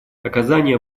оказание